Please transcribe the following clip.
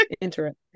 Interesting